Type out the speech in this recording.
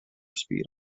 speed